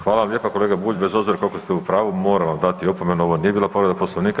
Hvala vam lijepa kolega Bulj, bez obzira koliko ste u pravu moram vam dati opomenu, ovo nije bila povreda Poslovnika.